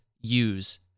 use